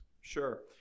Sure